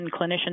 clinicians